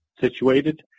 situated